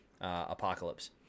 Apocalypse